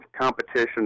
competition